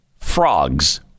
Frogs